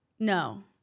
No